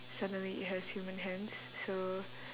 suddenly it has human hands so